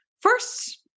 first